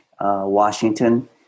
Washington